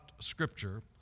scripture